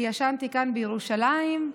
כי ישנתי כאן בירושלים.